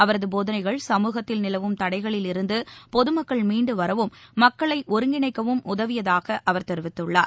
அவரது போதனைகள் சமூகத்தில் நிலவும் தடைகளில் இருந்து பொதுமக்கள் மீண்டு வரவும் மக்களை ஒருங்கிணைக்கவும் உதவியதாக அவர் தெரிவித்துள்ளார்